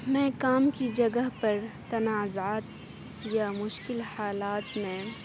میں کام کی جگہ پر تنازعات یا مشکل حالات میں